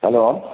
hello